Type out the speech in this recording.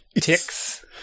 Ticks